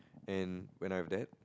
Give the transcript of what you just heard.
and when I have that